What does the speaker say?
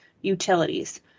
utilities